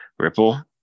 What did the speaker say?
Ripple